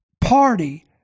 party